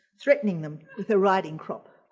threatening them with a riding crop.